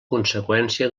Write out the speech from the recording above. conseqüència